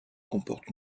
comporte